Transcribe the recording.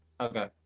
Okay